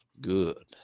Good